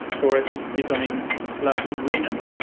forests becoming slightly greener,